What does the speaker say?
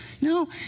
No